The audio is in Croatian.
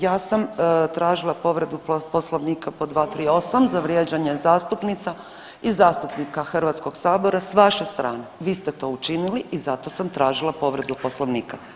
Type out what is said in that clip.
Ja sam tražila povredu poslovnika pod 238. za vrijeđanje zastupnika i zastupnica HS-a s vaše strane, vi ste to učinili i zato sam tražila povredu poslovnika.